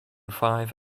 five